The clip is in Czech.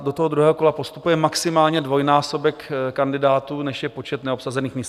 Do druhého kola postupuje maximálně dvojnásobek kandidátů, než je počet neobsazených míst.